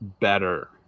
better